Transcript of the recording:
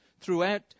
throughout